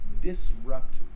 disrupt